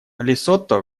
лесото